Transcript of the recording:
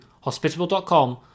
hospitable.com